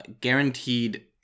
guaranteed